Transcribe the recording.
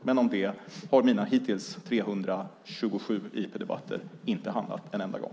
Men om det har mina hittills 327 interpellationsdebatter inte handlat en enda gång.